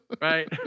Right